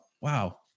wow